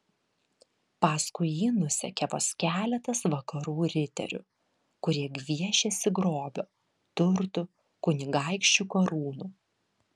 paskui jį nusekė vos keletas vakarų riterių kurie gviešėsi grobio turtų kunigaikščių karūnų